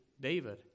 David